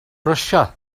brysia